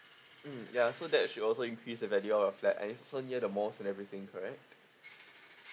mm ya so that should also increase the value of your flat and it's also near the malls and everything correct